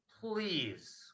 please